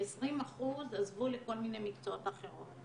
כ-20% עזבו לכל מיני מקצועות אחרות.